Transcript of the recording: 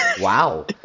Wow